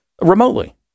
remotely